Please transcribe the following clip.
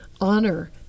honor